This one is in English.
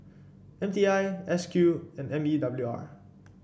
M T I S Q and M E W R